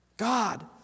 God